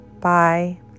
Bye